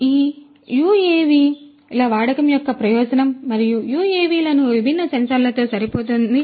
కాబట్టి ఇది UAV ల వాడకం యొక్క ప్రయోజనం మరియు ఈ UAV లను ఈ విభిన్న సెన్సార్లతో సరిపోతుంది